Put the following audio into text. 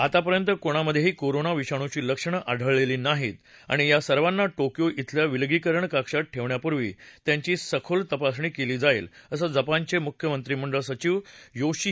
आतापर्यंत कोणामध्येही कोरोना विषाणूची लक्षणं आढळलेली नाहीत आणि या सर्वांना टोक्यो इथल्या विलगीकरण कक्षात ठेवण्यापूर्वी त्यांची सखोल तपासणी केली जाईल असं जपानचे मुख्य मंत्रिमंडळ सचिव योशिहिदे सुगा यांनी वार्ताहरांना सांगितलं